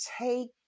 take